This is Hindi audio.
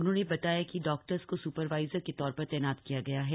उन्होंने बताया कि डॉक्टर्स को सुपरवाइजर के तौर पर तैनात किया गया है